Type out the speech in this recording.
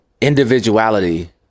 individuality